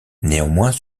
néanmoins